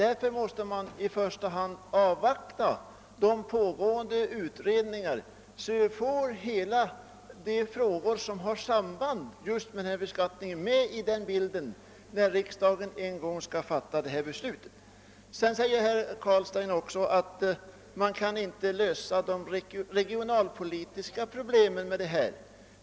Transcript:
Därför måste man i första hand avvakta resultaten av de pågående utredningarna, så att vi får dessa med i bilden, när riksdagen skall fatta beslut i denna beskattningsfråga. Vidare säger herr Carlstein att man inte kan lösa de regionalpolitiska problemen genom beskattningen.